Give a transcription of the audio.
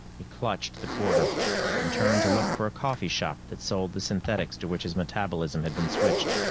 he clutched the quarter and turned to look for a coffee shop that sold the synthetics to which his metabolism had been switched.